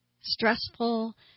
stressful